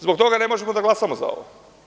Zbog toga ne možemo da glasamo za ovo.